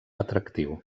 atractiu